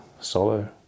solo